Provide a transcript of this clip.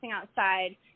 outside